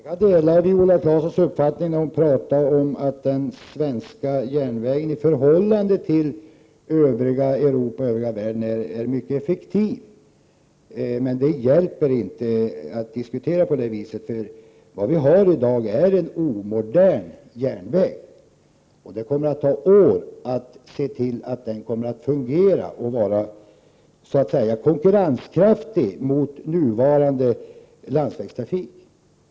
Herr talman! Jag delar Viola Claessons uppfattning när hon talar om att den svenska järnvägen är mycket effektiv i förhållande till övriga Europa och övriga världen. Det hjälper emellertid inte att diskutera på det viset. I dag har vi en omodern järnväg. Det kommer att ta år att se till att trafiken på järnvägen kan fungera och vara konkurrenskraftig gentemot nuvarande landsvägstrafik.